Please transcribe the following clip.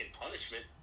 punishment